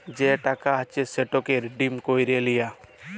যে টাকা আছে সেটকে রিডিম ক্যইরে লিয়া